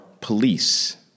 police